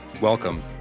Welcome